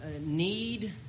need